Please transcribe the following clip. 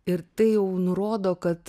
ir tai jau nurodo kad